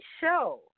show